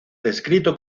descrito